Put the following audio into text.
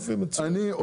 אני,